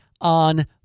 on